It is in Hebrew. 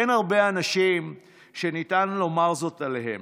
אין הרבה אנשים שניתן לומר זאת עליהם,